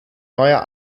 neuer